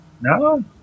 No